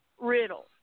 Riddle